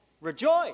rejoice